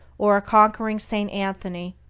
or a conquering st. anthony,